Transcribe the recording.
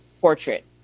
portrait